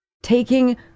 Taking